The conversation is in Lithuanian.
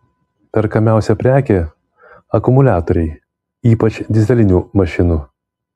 perkamiausia prekė akumuliatoriai ypač dyzelinių mašinų